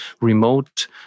remote